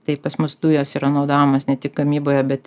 tai pas mus dujos yra naudojamos ne tik gamyboje bet